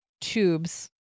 tubes